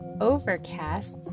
overcast